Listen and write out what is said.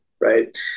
right